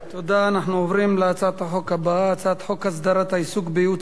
אנחנו עוברים להצעת החוק הבאה: הצעת חוק הסדרת העיסוק בייעוץ השקעות,